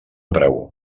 preu